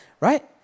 right